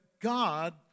God